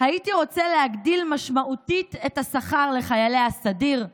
"הייתי רוצה להגדיל משמעותית את השכר לחיילי הסדיר,